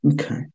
Okay